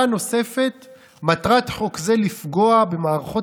מטרה נוספת: מטרת חוק זה לפגוע במערכות